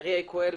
אריק יקואל,